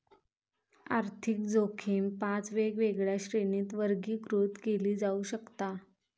आर्थिक जोखीम पाच वेगवेगळ्या श्रेणींत वर्गीकृत केली जाऊ शकता